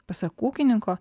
pasak ūkininko